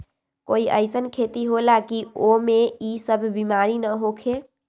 कोई अईसन खेती होला की वो में ई सब बीमारी न होखे?